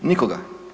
Nikoga.